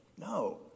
No